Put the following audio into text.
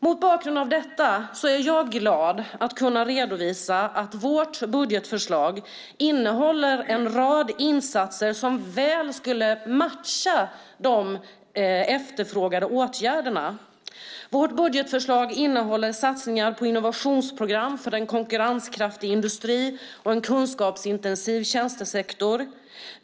Mot bakgrund av detta är jag glad att kunna redovisa att vårt budgetförslag innehåller en rad insatser som väl skulle matcha de efterfrågade åtgärderna. Vårt budgetförslag innehåller satsningar på innovationsprogram för en konkurrenskraftig industri och en kunskapsintensiv tjänstesektor.